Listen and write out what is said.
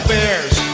Bears